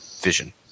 vision